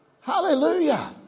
Hallelujah